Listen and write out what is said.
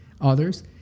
others